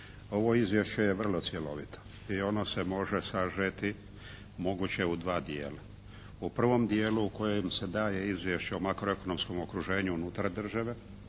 Ovo Izvješće je vrlo cjelovito i ono se može sažeti moguće u dva dijela. U prvom dijelu u kojem se daje izvješće o makroekonomskom okruženju unutar države